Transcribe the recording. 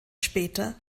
später